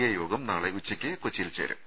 A യോഗം നാളെ ഉച്ചയ്ക്കും കൊച്ചിയിൽ ചേരും